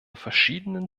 verschiedenen